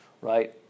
Right